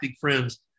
friends